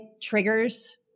triggers